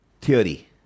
theory